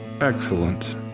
Excellent